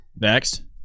Next